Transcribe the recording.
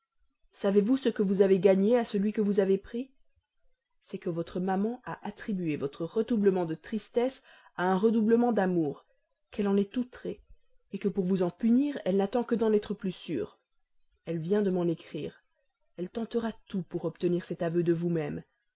savez-vous ce que vous avez gagné à celui que vous avez pris c'est que votre maman a attribué votre redoublement de tristesse à un redoublement d'amour qu'elle en est outrée que pour vous en punir elle n'attend que d'en être plus sûre elle vient de m'en écrire elle tentera tout pour obtenir cet aveu de vous-même